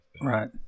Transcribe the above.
Right